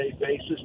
basis